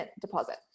deposit